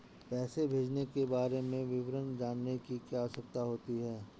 पैसे भेजने के बारे में विवरण जानने की क्या आवश्यकता होती है?